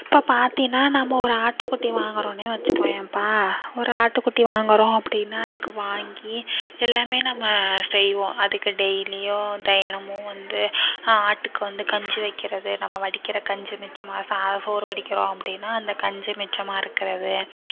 இப்போ பார்த்தினா நம்ம ஒரு ஆட்டுக்குட்டி வாங்கிறோனே வச்சுக்கோயம்பா ஒரு ஆட்டு குட்டி வாங்கிறோம் அப்படினா அதுக்கு வாங்கி எல்லாமே நம்ம செய்வோம் அதுக்கு டெய்லியும் தினமும் வந்து ஆட்டுக்கு வந்து கஞ்சி வைக்கிறது நம்ம வடிக்கிற கஞ்சி மிச்சம் சா சோறு வடிக்கிறோம் அப்படினா அந்த கஞ்சி மிச்சமாக இருக்கிறது